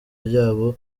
ryabo